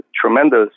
tremendous